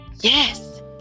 Yes